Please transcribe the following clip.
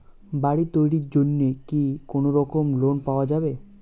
বাড়ি তৈরির জন্যে কি কোনোরকম লোন পাওয়া যাবে?